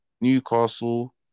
Newcastle